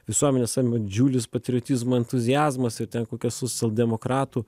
visuomenės am didžiulis patriotizmo entuziazmas ir kokia socialdemokratų